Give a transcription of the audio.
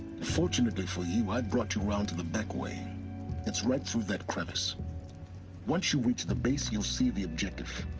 fortunately for you, i've brought you around to the back way it's right through that crevice once you reach the base, you'll see the objective.